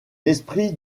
esprit